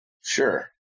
Sure